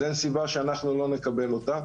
אז אין סיבה שאנחנו לא נקבל אותה.